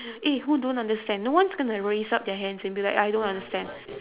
eh who don't understand no one's going to raise up their hands and be like I don't understand